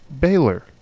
Baylor